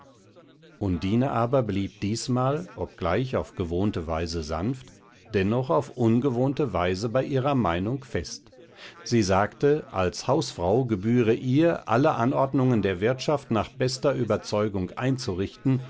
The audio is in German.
undine aber blieb diesmal obgleich auf gewohnte weise sanft dennoch auf ungewohnte weise bei ihrer meinung fest sie sagte als hausfrau gebühre ihr alle anordnungen der wirtschaft nach bester überzeugung einzurichten